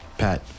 pat